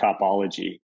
topology